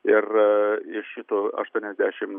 ir iš šitų aštuoniasdešim